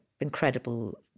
incredible